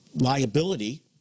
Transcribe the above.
liability